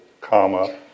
comma